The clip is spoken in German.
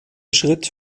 schritt